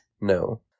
No